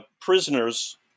prisoners